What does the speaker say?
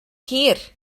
hir